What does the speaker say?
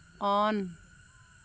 on